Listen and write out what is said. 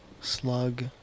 Slug